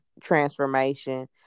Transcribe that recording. transformation